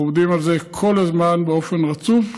אנחנו עובדים על זה כל הזמן, באופן רצוף,